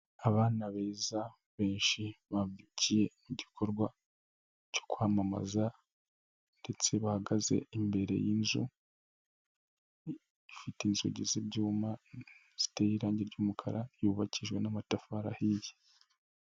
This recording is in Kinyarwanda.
Abana beza benshi babyukiye mu gikorwa cyo kwamamaza ndetse bahagaze imbere y'inzu ifite inzugi z'ibyuma ziteye irangi ry'umukara, yubakishijwe n'amatafari ahiye.